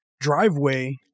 driveway